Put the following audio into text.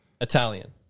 Italian